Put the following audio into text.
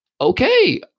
okay